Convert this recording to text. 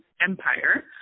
Empire